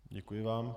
Děkuji vám.